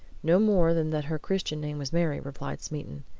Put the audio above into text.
no more than that her christian name was mary, replied smeaton.